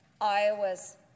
Iowa's